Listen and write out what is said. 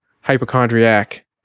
Hypochondriac